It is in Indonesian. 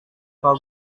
pak